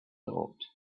thought